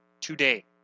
today